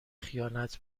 خیانت